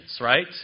right